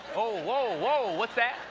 oh, whoa, whoa, what's that?